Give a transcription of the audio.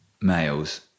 males